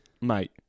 mate